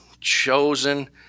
chosen